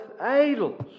idols